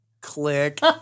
click